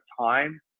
time